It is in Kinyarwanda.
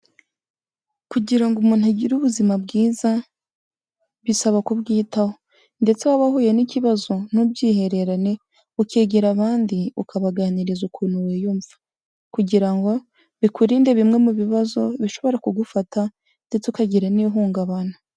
Kugira ngo umuntu agire ubuzima bwiza, bisaba kubwitaho ndetse waba wahuye n'ikibazo ntubyihererane, ukegera abandi ukabaganiriza ukuntu wiyumva kugira ngo bikurinde bimwe mu bibazo bishobora kugufata ndetse ukagira n'ihungabana.